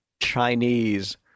Chinese